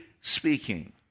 speaking